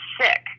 sick